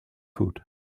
food